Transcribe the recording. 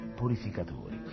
purificatori